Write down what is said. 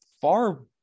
far